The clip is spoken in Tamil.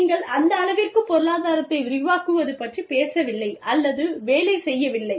நீங்கள் அந்த அளவிற்குப் பொருளாதாரத்தை விரிவாக்குவது பற்றிப் பேசவில்லை அல்லது வேலை செய்யவில்லை